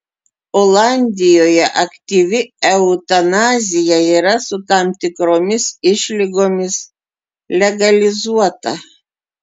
olandijoje aktyvi eutanazija yra su tam tikromis išlygomis legalizuota